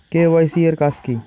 KYC এর কাজ কি?